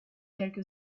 quelque